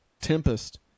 Tempest